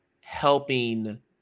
helping